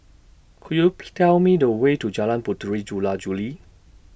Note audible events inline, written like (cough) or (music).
Could YOU (unintelligible) Tell Me The Way to Jalan Puteri Jula Juli